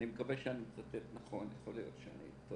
אני מקווה מאוד שאנחנו לא שם.